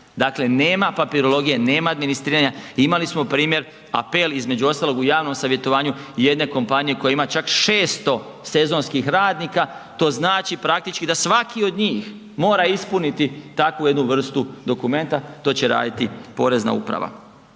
Dakle, nema papirologije, nema administriranja, imali smo primjer apel, između ostalog u javnom savjetovanju i jedne kompanije koja ima čak 600 sezonskih radnika, to znači praktički da svaki od njih mora ispuniti takvu jednu vrstu dokumenta, to će raditi Porezna uprava.